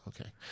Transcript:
Okay